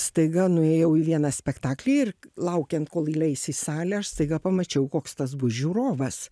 staiga nuėjau į vieną spektaklį ir laukiant kol įleis į salę aš staiga pamačiau koks tas bus žiūrovas